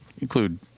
include